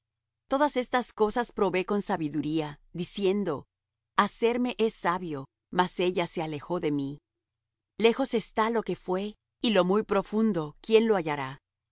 todas estas cosas probé con sabiduría diciendo hacerme he sabio mas ella se alejó de mí lejos está lo que fué y lo muy profundo quién lo hallará